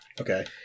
Okay